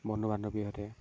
বন্ধু বান্ধৱীৰ সৈতে